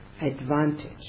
advantage